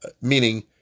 meaning